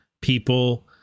people